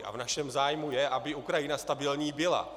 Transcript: V našem zájmu je, aby Ukrajina stabilní byla.